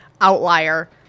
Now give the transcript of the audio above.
outlier